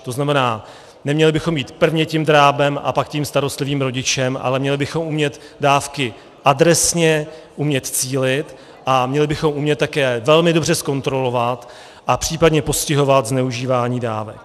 To znamená, neměli bychom být prvně tím drábem a pak tím starostlivým rodičem, ale měli bychom umět dávky adresně cílit a měli bychom umět také velmi dobře zkontrolovat a případně postihovat zneužívání dávek.